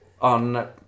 on